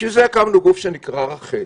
בשביל זה הקמנו גוף שנקרא רח"ל,